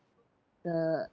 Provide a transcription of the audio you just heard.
the